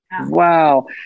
Wow